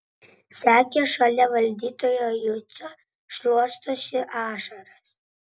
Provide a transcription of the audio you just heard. sekė šalia valdytojo jucio šluostosi ašaras